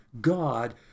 God